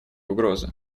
угрозы